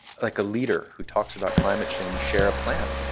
like a leader who talks about climate change share a plan.